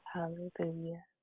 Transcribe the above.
Hallelujah